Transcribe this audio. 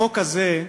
החוק הזה,